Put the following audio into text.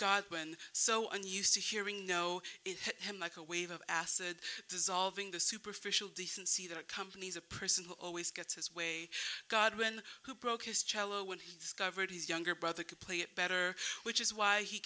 god when so i'm used to hearing know him like a wave of acid dissolving the superficial decency that accompanies a person who always gets his way god when who broke his cello when he discovered his younger brother could play it better which is why he